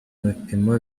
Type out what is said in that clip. bipimo